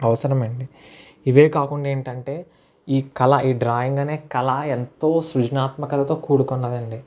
అవసరమండి ఇవే కాకుండా ఏంటంటే ఈ కళ ఈ డ్రాయింగ్ అనే కళ ఎంతో సృజనాత్మకతతో కూడుకున్నది అండి